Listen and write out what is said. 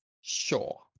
Sure